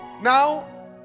Now